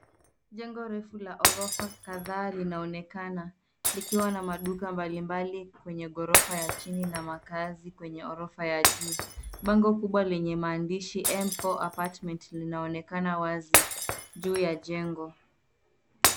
Jengo refu la ghorofa kadhaa linaonekana likiwa na maduka mbali mbali kwenye maghorofa ya chini na makaazi kwenye ghorofa ya juu. Bango kubwa lenye maandishi M4 Apartment linaonekana wazi juu ya jengo.